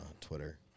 Twitter